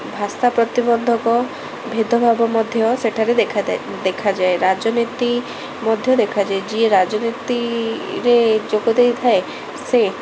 ଭାଷା ପ୍ରତିବନ୍ଧକ ଭେଦ ଭାବ ମଧ୍ୟ ସେଠାରେ ଦେଖାଦାଏ ଦେଖାଯାଏ ରାଜନୀତି ମଧ୍ୟ ଦେଖାଯାଏ ଯିଏ ରାଜନୀତିରେ ଯୋଗ ଦେଇଥାଏ ସେ